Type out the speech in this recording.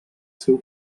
seu